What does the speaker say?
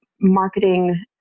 marketing